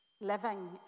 living